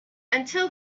until